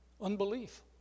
Unbelief